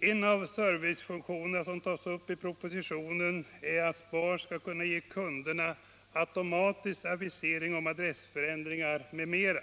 En av servicefunktionerna som tas upp i propositionen är att SPAR skall kunna ge kunderna automatisk avisering om adressförändringar m.m.